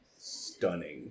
stunning